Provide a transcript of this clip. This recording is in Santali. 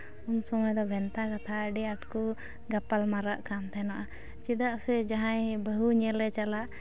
ᱩᱱ ᱥᱚᱢᱚᱭ ᱫᱚ ᱵᱷᱮᱱᱛᱟ ᱠᱟᱛᱷᱟ ᱟᱹᱰᱤ ᱟᱸᱴ ᱠᱚ ᱜᱟᱯᱟᱞ ᱢᱟᱨᱟᱜ ᱠᱟᱱ ᱛᱟᱦᱮᱱᱚᱜᱼᱟ ᱪᱮᱫᱟᱜ ᱥᱮ ᱡᱟᱦᱟᱸᱭ ᱵᱟᱹᱦᱩ ᱧᱮᱞᱮ ᱪᱟᱞᱟᱜ